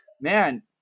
man